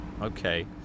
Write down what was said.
Okay